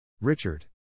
Richard